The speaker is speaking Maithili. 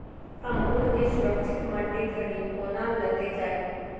अंगूर केँ सुरक्षित मंडी धरि कोना लकऽ जाय?